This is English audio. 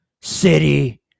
City